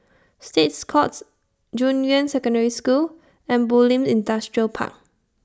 States Courts Junyuan Secondary School and Bulim Industrial Park